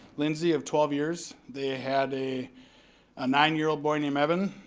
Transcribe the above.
lindsey, of twelve years. they had a ah nine year old boy named evan.